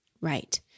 Right